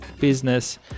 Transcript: business